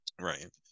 Right